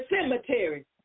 cemetery